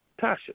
Tasha